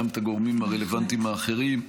גם את הגורמים הרלוונטיים האחרים,